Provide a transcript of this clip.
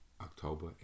October